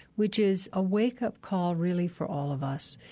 which is a wake-up call, really, for all of us.